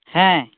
ᱦᱮᱸ